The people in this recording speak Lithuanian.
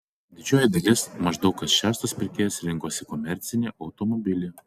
didžioji dalis maždaug kas šeštas pirkėjas rinkosi komercinį automobilį